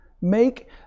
Make